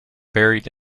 buried